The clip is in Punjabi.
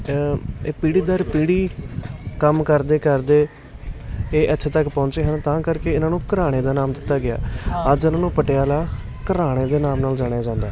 ਇਹ ਪੀੜ੍ਹੀ ਦਰ ਪੀੜ੍ਹੀ ਕੰਮ ਕਰਦੇ ਕਰਦੇ ਇਹ ਇੱਥੇ ਤੱਕ ਪਹੁੰਚੇ ਹਨ ਤਾਂ ਕਰਕੇ ਇਹਨਾਂ ਨੂੰ ਘਰਾਣੇ ਦਾ ਨਾਮ ਦਿੱਤਾ ਗਿਆ ਅੱਜ ਇਹਨਾਂ ਨੂੰ ਪਟਿਆਲਾ ਘਰਾਣੇ ਦੇ ਨਾਮ ਨਾਲ ਜਾਣਿਆ ਜਾਂਦਾ